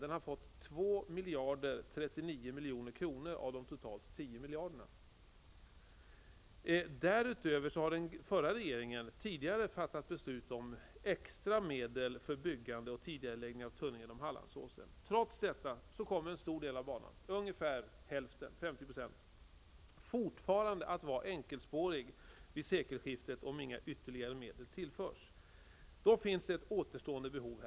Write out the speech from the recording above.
Den har fått 2 039 000 000 kr. av de totala 10 miljarderna. bDärutöver har den förra regeringen fattat beslut om extra medel för byggande och tidigareläggning av tunneln genom Hallandsåsen. Trots detta kommer en stor del av banan, ca 50 %, fortfarande att vara enkelspårig vid sekelskiftet om inga ytterligare medel tillförs. Det finns ett återstående behov.